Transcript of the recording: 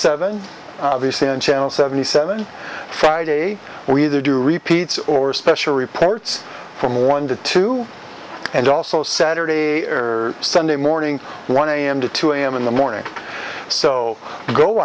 seven obviously on channel seventy seven five day we do repeats or special reports from one to two and also saturday or sunday morning one am to two am in the morning so go